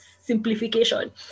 simplification